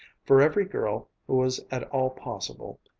for every girl who was at all possible,